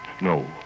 No